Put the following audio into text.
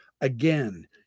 Again